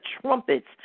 trumpets